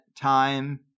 time